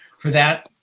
for that,